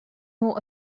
more